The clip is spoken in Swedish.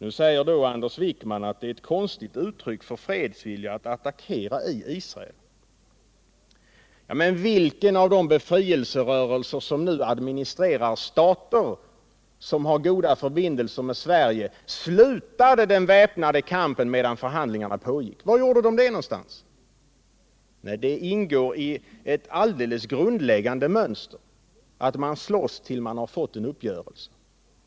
Nu säger Anders Wijkman att det är ett konstigt uttryck för fredsvilja att attackera Israel. Men vilken av de befrielserörelser som nu administrerar stater som har goda förbindelser med Sverige slutade den väpnade kampen medan förhandlingarna pågick? Var gjorde de det någonstans? Nej, det ingår i ett grundläggande mönster att slåss tills man har fått en uppgörelse.